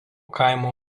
kaimo